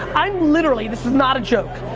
i'm literally, this is not a joke,